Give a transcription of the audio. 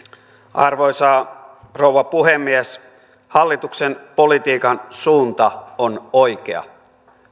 arvoisa rouva puhemies hallituksen politiikan suunta on oikea